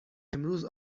امروز